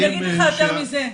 אני אגיד לך יותר מזה,